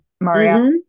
Maria